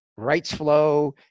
RightsFlow